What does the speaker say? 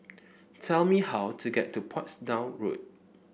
tell me how to get to Portsdown Road